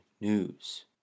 news